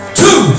two